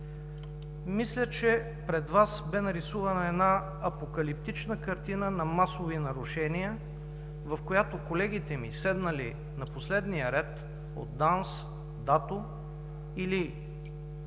Мисля, че пред Вас бе нарисувана една апокалиптична картина на масови нарушения, в която колегите ми, седнали на последния ред – от ДАНС, ДАТО или